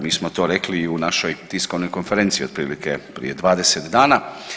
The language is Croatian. Mi smo to rekli i u našoj tiskovnoj konferenciji otprilike prije 20 dana.